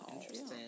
Interesting